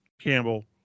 Campbell